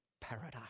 paradise